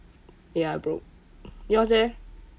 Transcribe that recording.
ya broke yours leh